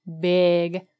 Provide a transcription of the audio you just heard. big